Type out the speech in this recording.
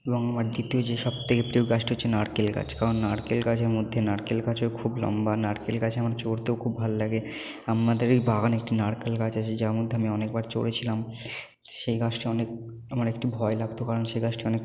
এবং আমার দ্বিতীয় যে সব থেকে প্রিয় যে গাছটি হচ্ছে নারকেল গাছ কারণ নারকেল গাছের মধ্যে নারকেলও গাছ লম্বা নারকেল গাছে আমার চড়তেও খুব ভালো লাগে আমাদের এই বাগানে একটি নারকেল গাছ আছে যার মধ্যে আমি অনেক বার চড়েছিলাম সেই গাছটি অনেক আমার একটি ভয় লাগতো কারণ সেই গাছটি অনেক